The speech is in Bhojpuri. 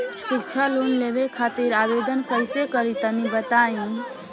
शिक्षा लोन लेवे खातिर आवेदन कइसे करि तनि बताई?